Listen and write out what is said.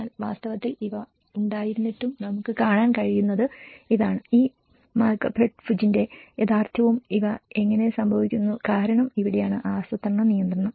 എന്നാൽ വാസ്തവത്തിൽ ഇവ ഉണ്ടായിരുന്നിട്ടും നമുക്ക് കാണാൻ കഴിയുന്നത് ഇതാണ് ഈ മലക്പേട്ട് ഭുജിന്റെ യാഥാർത്ഥ്യവും ഇവ എങ്ങനെ സംഭവിക്കുന്നു കാരണം ഇവിടെയാണ് ആസൂത്രണ നിയന്ത്രണം